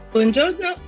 Buongiorno